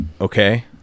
okay